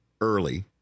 early